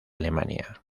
alemania